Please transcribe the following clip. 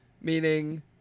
meaning